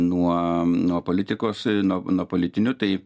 nuo nuo politikos nuo nuo politinių tai